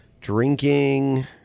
drinking